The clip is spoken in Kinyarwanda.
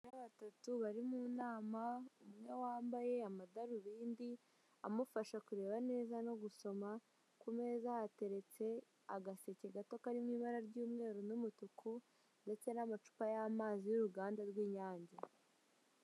Ikimenyetso gisobanura aho imihanda ihurira, Ihurira ibumoso kikaba mw' ibara ry'umukara, umutuku ndetse n'umweru, kiba kiburira umuyobozi w'ikinyabiziga k' ibumoso bwiwe hashobora guturuka ikinyabiziga...